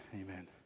Amen